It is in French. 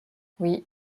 oui